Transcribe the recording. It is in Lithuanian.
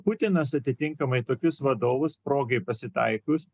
putinas atitinkamai tokius vadovus progai pasitaikius